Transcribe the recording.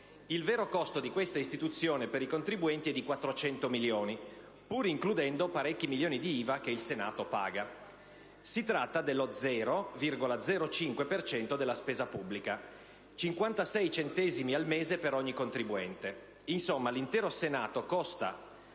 il vero costo di questa istituzione per i contribuenti è di 400 milioni, pur includendo parecchi milioni di IVA che il Senato paga. Si tratta dello 0,05 per cento della spesa pubblica, 56 centesimi al mese per ogni contribuente. Insomma, l'intero Senato costa